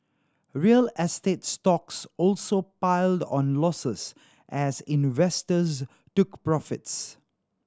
real estate stocks also piled on losses as investors took profits